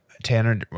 Tanner